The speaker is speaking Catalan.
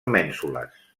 mènsules